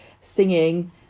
singing